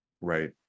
right